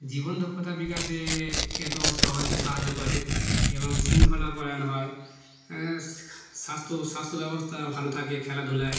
জীবন দক্ষতা বিকাশে এতো সাহায্য সাহায্য করে এবং শৃঙ্খলাপরায়ন হয় স্বাস্থ্য স্বাস্থ্য ব্যবস্থা ভালো থাকে খেলাধুলায়